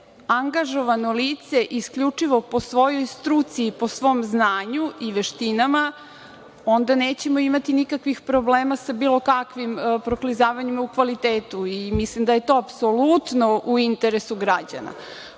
angažovano lice isključivo po svojoj struci i po svom znanju i veštinama, onda nećemo imati nikakvih problema sa bilo kakvim proklizavanjima u kvalitetu. Mislim da je to apsolutno u interesu građana. Što